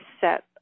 set